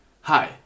Hi